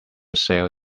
sail